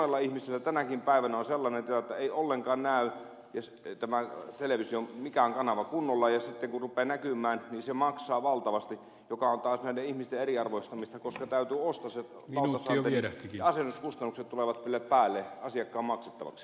monella ihmisillä tänäkin päivänä on sellainen tilanne että ei ollenkaan näy mikään television kanava kunnolla ja sitten kun rupeaa näkymään se maksaa valtavasti mikä on taas näiden ihmisten eriarvoistamista koska täytyy ostaa se lautasantenni ja asennuskustannukset tulevat vielä päälle asiakkaan maksettavaksi